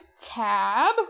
Tab